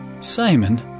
Simon